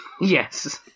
Yes